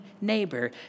neighbor